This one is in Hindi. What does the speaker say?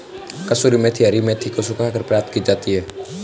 कसूरी मेथी हरी मेथी को सुखाकर प्राप्त की जाती है